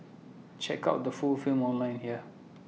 check out the full film online here